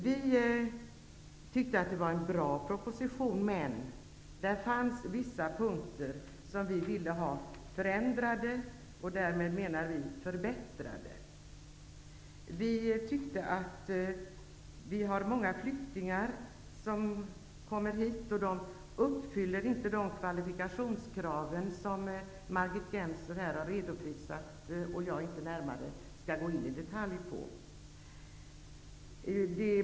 Vi tyckte att det var en bra proposition, men där fanns vissa punkter som vi ville ha ändrade och därmed förbättrade. Det finns många flyktingar som kommer till Sverige och som inte uppfyller kvalifikationskraven, vilket Margit Gennser här redovisade och som jag inte skall gå in i detalj på.